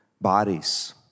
bodies